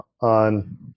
on